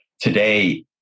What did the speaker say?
Today